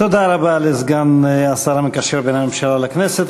תודה רבה לסגן השר המקשר בין הממשלה לכנסת,